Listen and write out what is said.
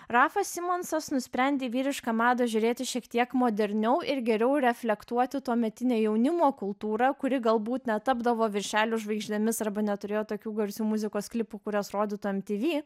rafas simonsas nusprendė į vyrišką madą žiūrėti šiek tiek moderniau ir geriau reflektuoti tuometinę jaunimo kultūrą kuri galbūt netapdavo viršelių žvaigždėmis arba neturėjo tokių garsių muzikos klipų kuriuos rodytų mtv